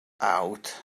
out